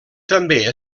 també